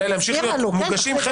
להיות מוגשים.